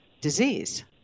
disease